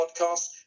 podcast